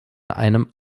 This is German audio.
einem